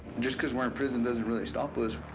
just because we're in prison doesn't really stop us.